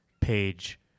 page